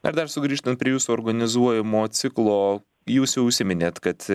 ar dar sugrįžtant prie jūsų organizuojamo ciklo jūs jau užsiminėt kad